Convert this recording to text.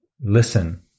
listen